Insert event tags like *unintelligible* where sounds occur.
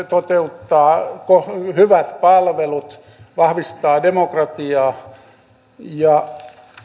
*unintelligible* toteuttaa hyvät palvelut vahvistaa demokratiaa ja